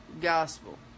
gospel